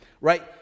right